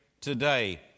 today